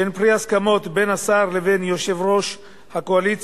שהן פרי הסכמות בין השר לבין יושב-ראש הקואליציה,